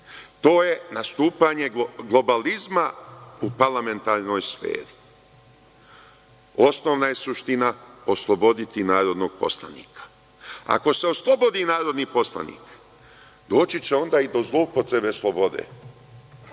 To je nastupanje globalizama u parlamentarnoj sferi. Osnovna je suština osloboditi narodnog poslanika. Ako se oslobodi narodni poslanik, doći će onda i do zloupotrebe slobode,